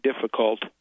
difficult